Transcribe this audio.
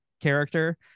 character